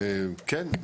כן,